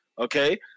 okay